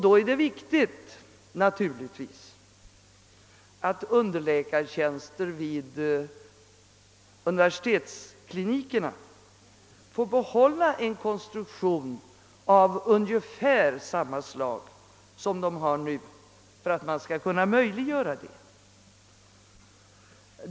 Då är det naturligtvis viktigt att underläkartjänster vid universitetsklinikerna får behålla en konstruktion av ungefär samma slag som de nu har för att man skall kunna möjliggöra detta.